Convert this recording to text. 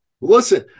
Listen